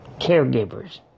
caregivers